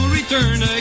return